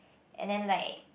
and then like